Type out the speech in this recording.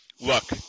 look